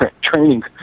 training